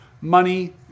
Money